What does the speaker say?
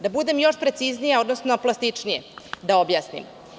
Da budem još preciznija, odnosno plastičnije da objasnim.